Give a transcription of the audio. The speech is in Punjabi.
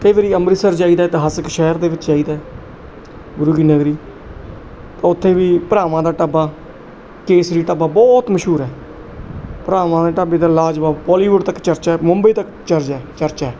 ਕਈ ਵਾਰੀ ਅੰਮ੍ਰਿਤਸਰ ਜਾਈਦਾ ਇਤਿਹਾਸਿਕ ਸ਼ਹਿਰ ਦੇ ਵਿੱਚ ਜਾਈ ਦਾ ਗੁਰੂ ਕੀ ਨਗਰੀ ਤਾਂ ਉੱਥੇ ਵੀ ਭਰਾਵਾਂ ਦਾ ਢਾਬਾ ਕੇਸਰੀ ਢਾਬਾ ਬਹੁਤ ਮਸ਼ਹੂਰ ਹੈ ਭਰਾਵਾਂ ਦੇ ਢਾਬੇ ਦਾ ਲਾਜਵਾਬ ਬੋਲੀਵੁੱਡ ਤੱਕ ਚਰਚਾ ਮੁੰਬਈ ਤੱਕ ਚਰਜਾ ਚਰਚਾ ਹੈ